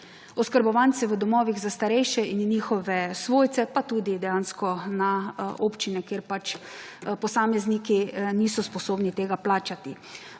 oskrbovance v domovih za starejše in njihove svojce, pa tudi dejansko na občine, kjer pač posamezniki niso sposobni tega plačati.